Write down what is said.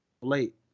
late